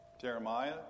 Jeremiah